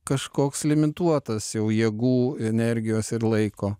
kažkoks limituotas jau jėgų energijos ir laiko